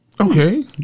Okay